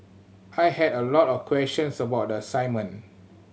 I had a lot of questions about the assignment